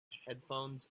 headphones